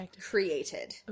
created